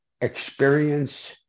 experience